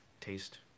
taste